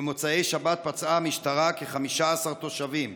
ובמוצאי שבת פצעה המשטרה כ-15 תושבים.